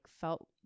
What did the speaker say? felt